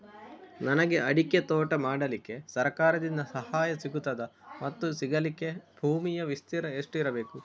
ನನಗೆ ಅಡಿಕೆ ತೋಟ ಮಾಡಲಿಕ್ಕೆ ಸರಕಾರದಿಂದ ಸಹಾಯ ಸಿಗುತ್ತದಾ ಮತ್ತು ಸಿಗಲಿಕ್ಕೆ ಭೂಮಿಯ ವಿಸ್ತೀರ್ಣ ಎಷ್ಟು ಇರಬೇಕು?